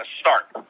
start